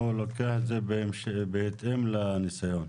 הוא לוקח את זה בהתאם לניסיון.